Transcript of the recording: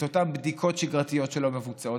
את אותן בדיקות שגרתיות שלא מבוצעות,